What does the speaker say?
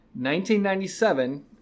1997